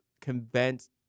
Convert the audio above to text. convinced